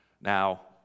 Now